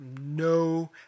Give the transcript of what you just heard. no